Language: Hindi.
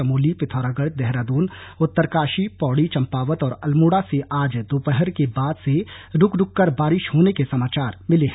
चमोली पिथौरागढ़ देहरादून उत्तरकाशी पौड़ी चम्पावत और अल्मोड़ा से आज दोपहर के बाद से रूक रूककर बारिश होने के समाचार मिले हैं